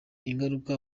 ingaruka